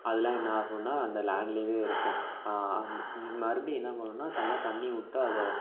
அதெலாம் என்ன ஆகுன்னா அந்த லேண்ட்லேவே இருக்கும் மறுபடி என்ன பண்ணுன்னா த நல்லா தண்ணி விட்டு அதை